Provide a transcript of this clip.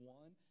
one